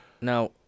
Now